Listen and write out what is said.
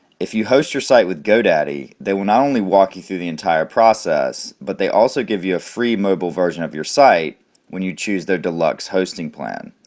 if you host your site with godaddy, they will not only walk you through the entire process but they also give you a free mobile version of your site when you choose their deluxe hosting plan.